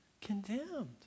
condemned